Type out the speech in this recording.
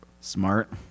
Smart